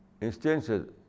instances